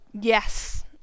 Yes